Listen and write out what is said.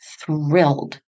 thrilled